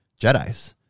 Jedi's